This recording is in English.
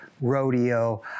rodeo